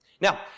Now